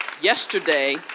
yesterday